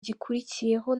gikurikiyeho